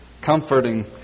comforting